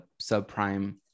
subprime